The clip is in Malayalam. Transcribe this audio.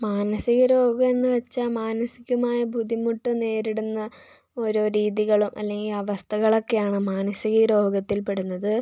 മാനസിക രോഗം എന്ന് വെച്ചാൽ മാനസികമായ ബുദ്ധിമുട്ട് നേരിടുന്ന ഓരോ രീതികളും അല്ലെങ്കിൽ അവസ്ഥകളൊക്കെയാണ് മാനസിക രോഗത്തിൽ പെടുന്നത്